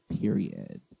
period